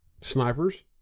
Snipers